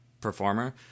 performer